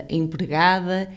empregada